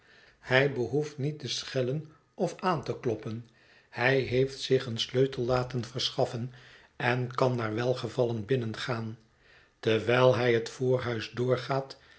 hij behoeft niet te schellen of aan te kloppen hij heeft zich een sleutel laten verschaffen en kan naar welgevallen binnengaan terwijl hij het voorhuis doorgaat